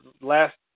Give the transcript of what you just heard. Last